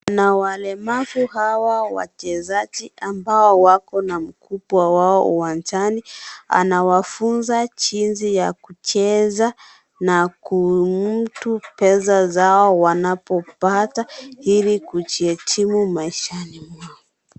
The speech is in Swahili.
Kuna walemavu hawa wachezaji ambao wako na mkubwa wao uwanjani, anawafunza jinsi ya kucheza na kumudu pesa zao wanapopata, ili kujikimu maishani mwao.